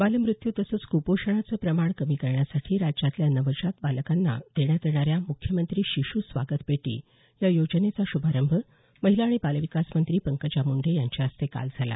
बालमृत्यू तसंच कुपोषणाचं प्रमाण कमी करण्यासाठी राज्यातल्या नवजात बालकांना देण्यात येणाऱ्या मुख्यमंत्री शिशू स्वागत पेटी या योजनेचा शुभारंभ महिला आणि बालविकास मंत्री पंकजा मुंडे यांच्या हस्ते काल झाला